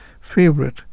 favorite